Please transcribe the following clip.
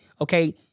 okay